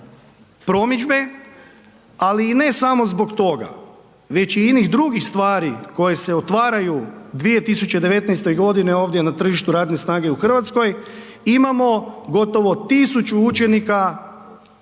promidžbe, ali ne samo zbog toga već i inih drugih stvari koje se otvaraju 2019. godine ovdje na tržištu radne snage u Hrvatskoj imamo gotovo tisuću učenika